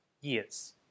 years